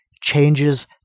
changes